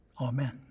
amen